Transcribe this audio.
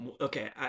Okay